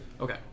okay